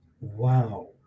Wow